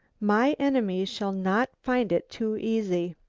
my enemy shall not find it too easy.